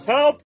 Help